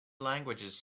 languages